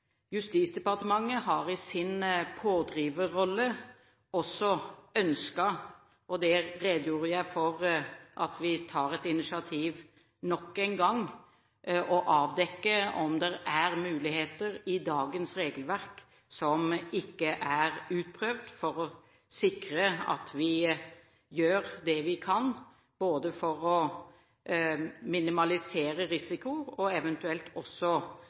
Justisdepartementet har i sin pådriverrolle også ønsket – og det redegjorde jeg for – at vi tar et initiativ nok en gang og avdekker om det er muligheter i dagens regelverk som ikke er utprøvd, for å sikre at vi gjør det vi kan for å minimalisere risiko og eventuelt også